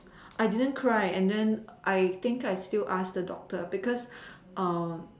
I didn't cry and then I think I still asked the doctor because